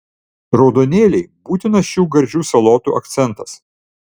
raudonėliai būtinas šių gardžių salotų akcentas